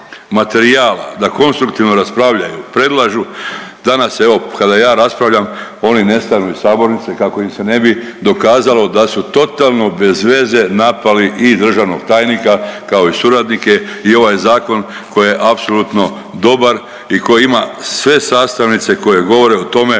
da konstruktivno raspravljaju, predlažu danas evo kada ja raspravljam oni nestanu iz sabornice kako im se ne bi dokazalo da su totalno bezveze napali i državnog tajnika kao i suradnike i ovaj zakon koji je apsolutno dobar i koji ima sve sastavnice koje govore o tome